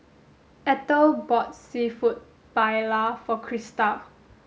Ethel bought Seafood Paella for Christa